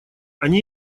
они